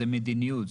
זו מדיניות,